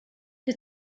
the